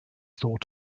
thought